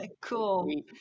Cool